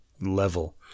level